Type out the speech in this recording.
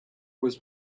was